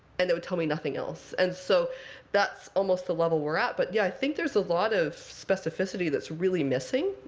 and they would tell me nothing else. and so that's almost the level we're at. but yeah, i think there's a lot of specificity that's really missing,